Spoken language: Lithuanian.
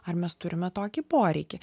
ar mes turime tokį poreikį